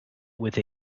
with